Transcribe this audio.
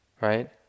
right